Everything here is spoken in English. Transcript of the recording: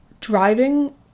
driving